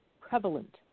prevalent